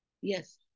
yes